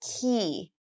key